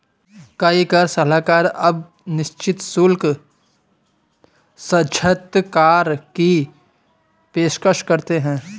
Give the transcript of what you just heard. कई कर सलाहकार अब निश्चित शुल्क साक्षात्कार की पेशकश करते हैं